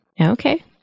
Okay